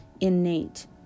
innate